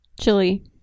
chili